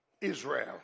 Israel